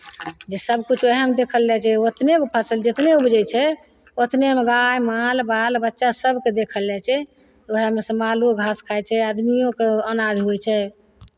जे सभकिछु उएहमे देखल जाइ छै ओतने गो फसल जितने उपजै छै ओतनेमे गाय माल बाल बच्चा सभकेँ देखल जाइ छै उएहमे सँ मालो घास खाइ छै आदमिओँकेँ अनाज होइ छै